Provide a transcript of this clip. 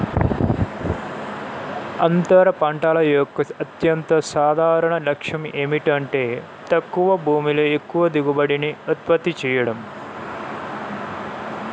అంతర పంటల యొక్క అత్యంత సాధారణ లక్ష్యం ఏమిటంటే తక్కువ భూమిలో ఎక్కువ దిగుబడిని ఉత్పత్తి చేయడం